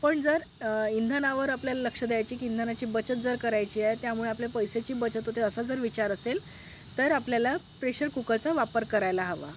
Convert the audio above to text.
पण जर इंधनावर आपल्याला लक्ष द्यायची इंधनाची बचत जर करायची आहे त्यामुळे आपल्या पैसेची बचत होते असा जर विचार असेल तर आपल्याला प्रेशर कुकरचा वापर करायला हवा